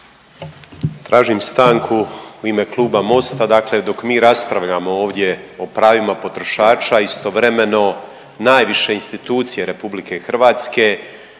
Tražim stanku u ime kluba Mosta, dakle dok mi raspravljamo ovdje o pravima potrošača, istovremeno najviše institucije RH ne donose